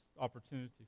opportunity